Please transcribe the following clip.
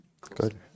good